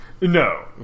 No